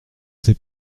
ces